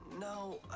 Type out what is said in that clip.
No